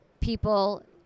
People